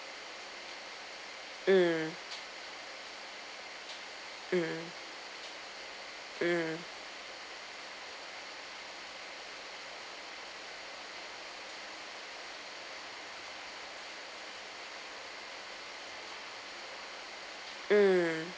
mm mm mm mm